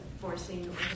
forcing